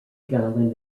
island